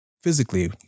physically